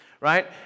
right